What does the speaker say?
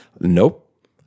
Nope